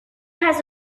has